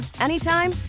anytime